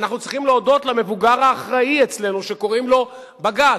ואנחנו צריכים להודות למבוגר האחראי אצלנו שקוראים לו בג"ץ,